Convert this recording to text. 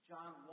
John